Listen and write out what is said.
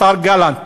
השר גלנט,